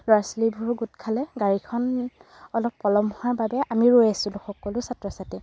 ল'ৰা ছোৱালীবোৰো গোট খালে গাড়ীখন অলপ পলম হোৱাৰ বাবে আমি ৰৈ আছিলোঁ সকলো ছাত্ৰ ছাত্ৰীয়ে